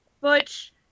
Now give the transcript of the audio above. butch